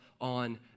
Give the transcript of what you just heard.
on